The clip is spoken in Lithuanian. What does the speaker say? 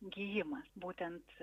gijimas būtent